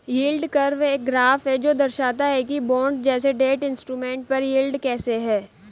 yield curve एक graph है जो दर्शाता है कि बॉन्ड जैसे डेट इंस्ट्रूमेंट पर यील्ड कैसे है